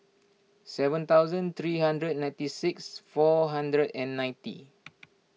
seven thousand three hundred and ninety six four hundred and ninety